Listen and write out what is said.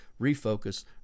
refocus